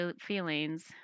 feelings